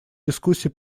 дискуссий